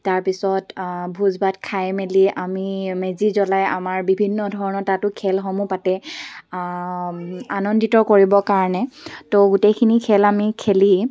তাৰপিছত ভোজ ভাত খাই মেলি আমি মেজি জ্বলাই আমাৰ বিভিন্ন ধৰণৰ তাতো খেলসমূহ পাতে আনন্দিত কৰিবৰ কাৰণে তো গোটেইখিনি খেল আমি খেলি